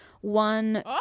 one